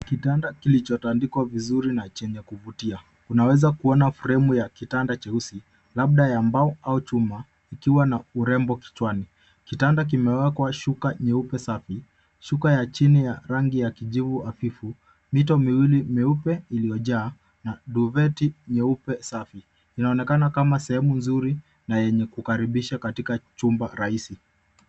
Kitanda kilichotandikwa vizuri na chenye kuvutia. Tunaweza kuon fremu ya kitanda cheusi, labda ya mbao au chuma ikiwa na urembo kichwani. Kitanda kimewekwa shuka nyeupe safi. Shuka ya chini ya rangi ya kkijivu hafifu, mito miwili meupe iliyojaa na duveti nyeupe safi. Inaonekana kama sehemu nzuri na enye kukaribisha katika chumba rahisi.